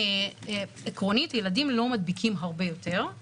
עקרונית ילדים לא מדביקים הרבה יותר,